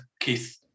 Keith